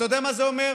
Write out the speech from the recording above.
אתה יודע מה זה אומר?